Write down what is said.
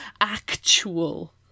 actual